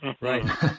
Right